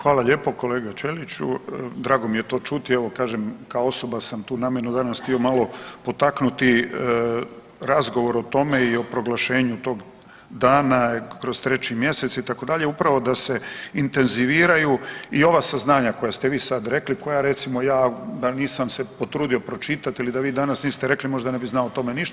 Hvala lijepo kolega Ćeliću, drago mi je to čuti evo kažem kao osoba sam tu namjerno danas htio malo potaknuti razgovor o tome i o proglašenju tog dana kroz 3. mjesec itd., upravo da se intenziviraju i ova saznanja koja ste vi sad rekli, koja recimo ja nisam se potrudio pročitati ili da vi danas niste rekli možda ne bi znao o tome ništa.